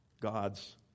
God's